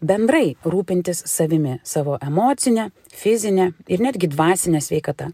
bendrai rūpintis savimi savo emocine fizine ir netgi dvasine sveikata